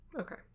okay